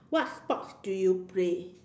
what sports do you play